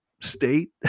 state